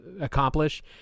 accomplish